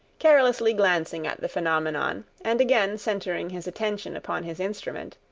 carelessly glancing at the phenomenon and again centering his attention upon his instrument,